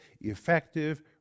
effective